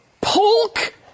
Polk